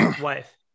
wife